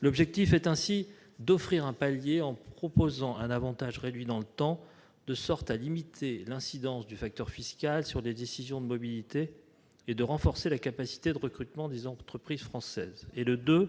L'objectif est d'offrir un palier en proposant un avantage réduit dans le temps, de sorte à limiter l'incidence du facteur fiscal sur les décisions de mobilité et de renforcer la capacité de recrutement des entreprises françaises. Le II